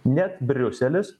net briuselis